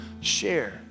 share